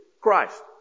Christ